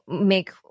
make